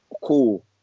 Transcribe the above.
cool